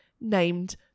named